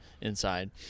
inside